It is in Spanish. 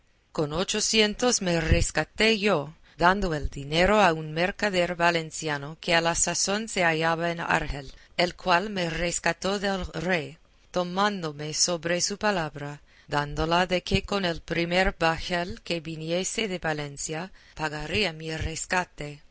con ochocientos me rescaté yo dando el dinero a un mercader valenciano que a la sazón se hallaba en argel el cual me rescató del rey tomándome sobre su palabra dándola de que con el primer bajel que viniese de valencia pagaría mi rescate